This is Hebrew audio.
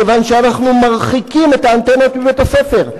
כיוון שאנחנו מרחיקים את האנטנות מבית-הספר.